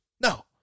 No